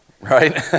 right